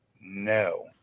no